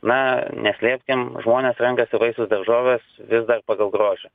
na neslėpkim žmonės renkasi vaisius daržoves vis dar pagal grožį